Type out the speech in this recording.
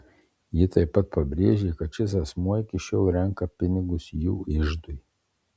ji taip pat pabrėžė kad šis asmuo iki šiol renka pinigus jų iždui